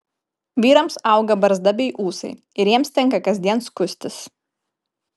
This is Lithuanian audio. vyrams auga barzda bei ūsai ir jiems tenka kasdien skustis